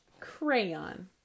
crayon